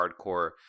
hardcore